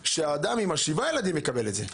שהאדם עם ה-7 ילדים יקבל את זה.